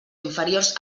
inferiors